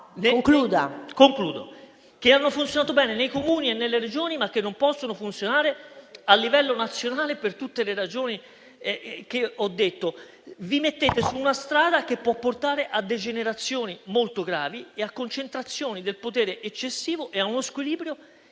sono cose che hanno funzionato bene nei Comuni e nelle Regioni, ma che non possono funzionare a livello nazionale per tutte le ragioni che ho enunciato. Vi mettete su una strada che può portare a degenerazioni molto gravi, a concentrazioni del potere eccessivo e a uno squilibrio